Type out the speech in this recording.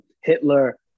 Hitler